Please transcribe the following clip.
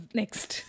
next